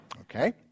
Okay